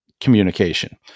communication